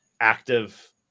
active